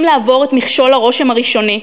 שכשמצליחים לעבור את מכשול הרושם הראשוני,